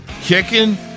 Kicking